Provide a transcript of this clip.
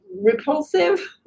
repulsive